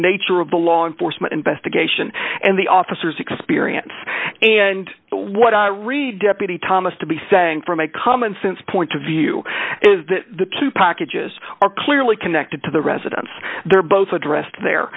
nature of the law enforcement investigation and the officers experience and what i read deputy thomas to be saying from a commonsense point of view is that the two packages are clearly connected to the residence they're both addressed there